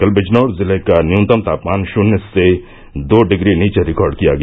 कल बिजनौर जिले का न्यूनतम तापमान शून्य से दो डिग्री नीचे रिकार्ड किया गया